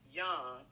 young